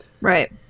Right